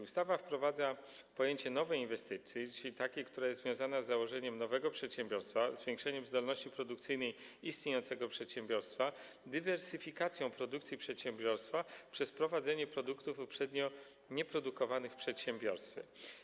Ustawa wprowadza pojęcie nowej inwestycji, czyli takiej, która jest związana z założeniem nowego przedsiębiorstwa, zwiększeniem zdolności produkcyjnej istniejącego przedsiębiorstwa, dywersyfikacją produkcji przedsiębiorstwa przez wprowadzenie produktów uprzednio nieprodukowanych w przedsiębiorstwie.